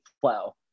flow